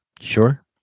sure